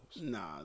nah